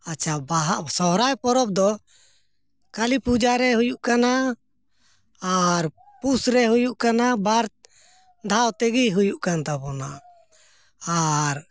ᱟᱪᱪᱷᱟ ᱵᱟᱦᱟ ᱥᱚᱦᱨᱟᱭ ᱯᱚᱨᱚᱵᱽ ᱫᱚ ᱠᱟᱹᱞᱤ ᱯᱩᱡᱟᱹᱨᱮ ᱦᱩᱭᱩᱜ ᱠᱟᱱᱟ ᱟᱨ ᱯᱩᱥ ᱨᱮ ᱦᱩᱭᱩᱜ ᱠᱟᱱᱟ ᱵᱟᱨ ᱫᱷᱟᱣ ᱛᱮᱜᱮ ᱦᱩᱭᱩᱜ ᱠᱟᱱ ᱛᱟᱵᱚᱱᱟ ᱟᱨ